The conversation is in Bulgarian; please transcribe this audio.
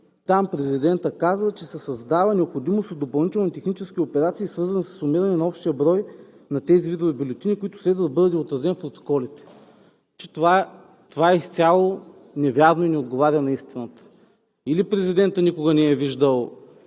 Там президентът казва, че се създава необходимост от допълнителни технически операции, свързани със сумиране на общия брой на тези видове бюлетини, които следва да бъдат отразени в протоколите. Това е изцяло невярно и не отговаря на истината. Или президентът никога не е виждал